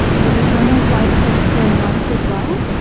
and we'll be showing those live tweets during lunch as well.